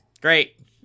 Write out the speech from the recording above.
Great